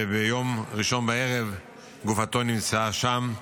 וביום ראשון בערב גופתו נמצאה שם.